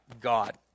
God